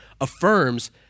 affirms